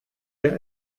der